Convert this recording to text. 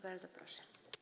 Bardzo proszę.